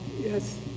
Yes